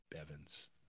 Evans